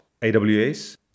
AWS